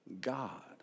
God